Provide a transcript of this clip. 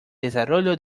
desarrollo